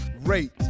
rate